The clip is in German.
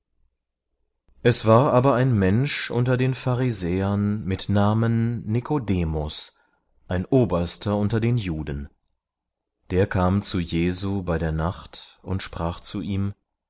es war aber ein mensch unter den pharisäern mit namen nikodemus ein oberster unter den juden der kam zu jesu bei der nacht und sprach zu ihm